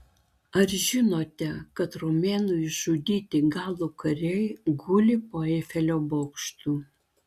ar žinojote kad romėnų išžudyti galų kariai guli po eifelio bokštu